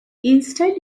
instead